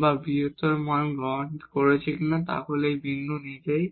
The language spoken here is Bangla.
বা বৃহত্তর মান গ্রহণ করছে তাহলে এই বিন্দু নিজেই